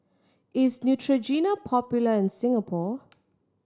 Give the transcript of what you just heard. is Neutrogena popular in Singapore